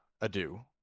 ado